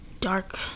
dark